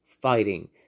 fighting